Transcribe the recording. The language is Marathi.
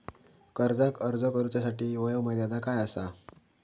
कर्जाक अर्ज करुच्यासाठी वयोमर्यादा काय आसा?